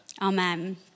Amen